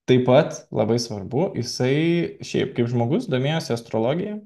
taip pat labai svarbu jisai šiaip kaip žmogus domėjosi astrologija